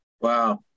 Wow